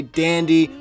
dandy